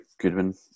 Goodwin